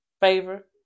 Favor